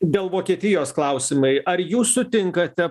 dėl vokietijos klausimai ar jūs sutinkate